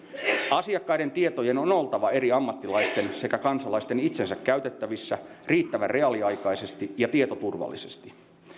asiakkaiden tietojen on oltava eri ammattilaisten sekä kansalaisten itsensä käytettävissä riittävän reaaliaikaisesti ja tietoturvallisesti